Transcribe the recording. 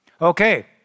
Okay